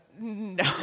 No